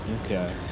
Okay